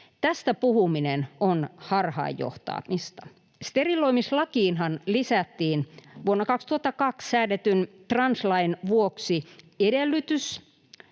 Tästä puhuminen on harhaan johtamista. Steriloimislakiinhan lisättiin vuonna 2002 säädetyn translain vuoksi edellytys,